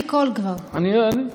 קודם כול,